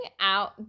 out